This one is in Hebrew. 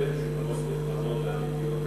צריכים לקבל תשובות נכונות ואמיתיות,